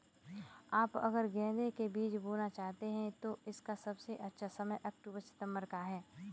आप अगर गेंदे के बीज बोना चाहते हैं तो इसका सबसे अच्छा समय अक्टूबर सितंबर का है